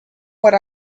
what